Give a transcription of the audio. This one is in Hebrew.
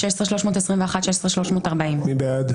16,101 עד 16,120. מי בעד?